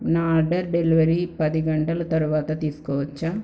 నా order delivery పది గంటలు తరువాత తీసుకోవచ్చా